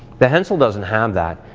the hensel doesn't have that,